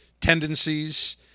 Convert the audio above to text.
tendencies